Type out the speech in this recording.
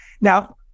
Now